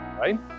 Right